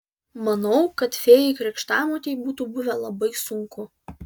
manau kad fėjai krikštamotei būtų buvę labai sunku